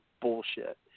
bullshit